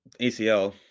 ACL